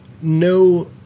no